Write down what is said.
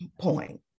point